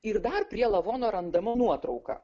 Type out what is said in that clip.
ir dar prie lavono randamo nuotrauka